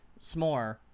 S'more